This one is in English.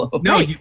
No